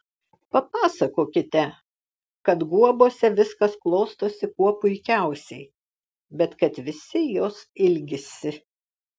papasakokite kad guobose viskas klostosi kuo puikiausiai bet kad visi jos ilgisi